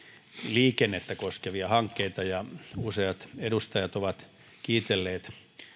liikennettä koskevia hankkeita useat edustajat ovat kiitelleet